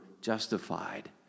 justified